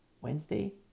Wednesday